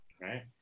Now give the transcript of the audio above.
right